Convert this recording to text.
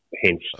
Hence